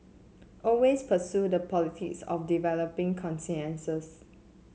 always pursue the politics of developing consensus